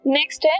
Next